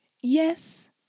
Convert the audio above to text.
yes